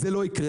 זה לא יקרה.